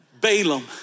Balaam